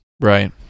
Right